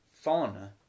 fauna